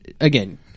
Again